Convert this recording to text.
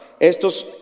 estos